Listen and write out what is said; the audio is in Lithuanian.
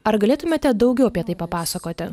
ar galėtumėte daugiau apie tai papasakoti